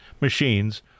machines